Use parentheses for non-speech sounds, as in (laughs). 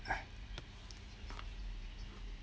(laughs)